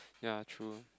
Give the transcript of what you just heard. ya true